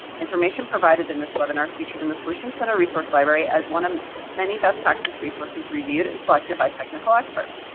information provided in this webinar is featured in the solutions center's resource library as one of many best practice resources reviewed and selected by technical experts.